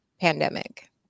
pandemic